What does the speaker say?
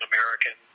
American